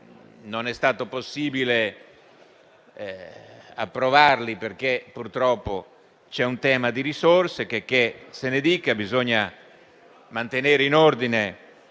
non è stato possibile approvarli, perché purtroppo c'è un tema di risorse. Checché se ne dica, bisogna mantenere in ordine